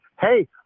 Hey